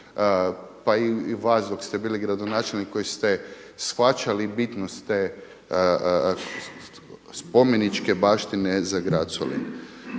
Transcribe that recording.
pa i vas dok ste bili gradonačelnik koji ste shvaćali bitnost te spomeničke baštine za grad Solin.